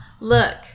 Look